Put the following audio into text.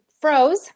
froze